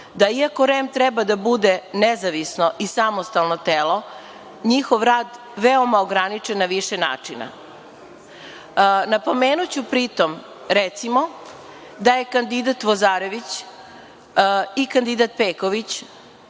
da iako REM treba da bude nezavisno i samostalno telo, njihov rad veoma ograničen na više načina. Napomenuću, pritom, recimo, da su kandidati Vozarević i Peković,